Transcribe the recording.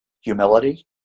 humility